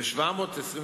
ו-722